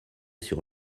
sur